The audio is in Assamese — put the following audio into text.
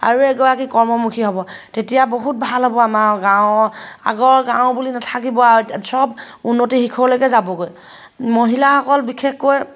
আৰু এগৰাকী কৰ্মমুখী হ'ব তেতিয়া বহুত ভাল হ'ব আমাৰ গাঁৱৰ আগৰ গাঁও বুলি নাথাকিব আৰু চব উন্নতি শিখৰলৈকে যাবগৈ মহিলাসকল বিশেষকৈ